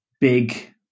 big